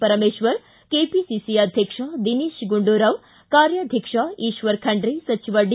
Parameshwar KPCC ಅಧ್ಯಕ್ಷ ದಿನೇತ್ ಗುಂಡೂರಾವ್ ಕಾರ್ಯಾಧ್ಯಕ್ಷ ಈಶ್ವರ್ ಖಂಡ್ರೆ ಸಚಿವ ಡಿ